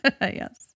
Yes